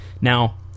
Now